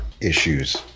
issues